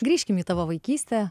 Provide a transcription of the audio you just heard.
grįžkime į tavo vaikystę